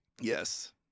Yes